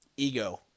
Ego